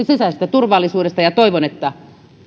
sisäisestä turvallisuudesta ja toivon että